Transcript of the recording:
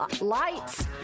lights